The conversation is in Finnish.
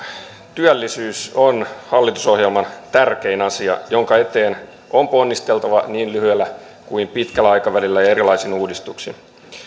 työllisyys on hallitusohjelman tärkein asia ja sen eteen on ponnisteltava niin lyhyellä kuin pitkällä aikavälillä ja erilaisin uudistuksin